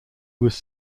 was